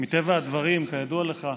מטבע הדברים, כידוע לך,